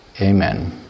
Amen